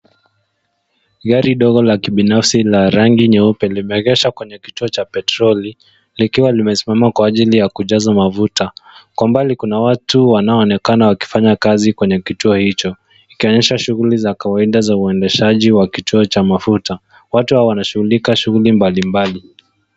Gari dogo la kibinafsi la rangi nyeupe limeegeshwa kwenye kituo cha petroli likiwa limesimama kwa ajili ya kujaza mafuta .Kwa mbali Kuna watu wanaonekana wakifanya kazi kwenye kituo hicho ,ikionyesha shughuli za kawaida za uendeshaji wa kituo cha mafuta. Watu hawa wana shughulika shughuli mbali mbali.